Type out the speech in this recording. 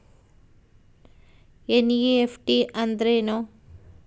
NEFT ಅಂದ್ರೆನು?